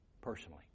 personally